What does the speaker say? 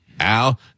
Al